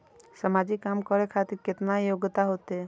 समाजिक काम करें खातिर केतना योग्यता होते?